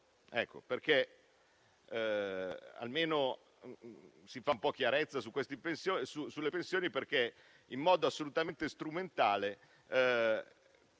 parte tutto. Almeno si fa un po' di chiarezza sulle pensioni perché, in modo assolutamente strumentale,